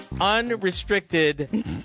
unrestricted